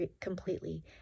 completely